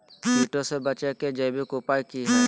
कीटों से बचे के जैविक उपाय की हैय?